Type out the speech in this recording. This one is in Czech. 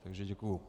Takže děkuju.